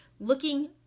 looking